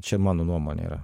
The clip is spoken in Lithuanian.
čia mano nuomonė yra